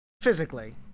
Physically